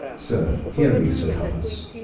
sir, heare me sir thomas,